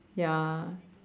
ya